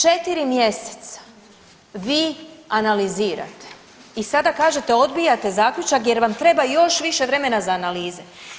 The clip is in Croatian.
Četiri mjeseca vi analizirate i sada kažete odbijate zaključak jer vam treba još više vremena za analize.